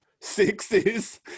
sixes